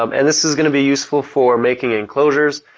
um and this is going to be useful for making enclosures,